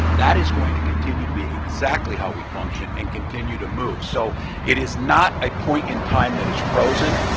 that is going to continue to be exactly how we function and continue to move. so it is not a point in time that is frozen,